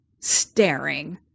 staring